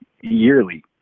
yearly